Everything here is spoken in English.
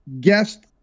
guest